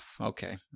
okay